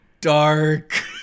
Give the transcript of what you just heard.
dark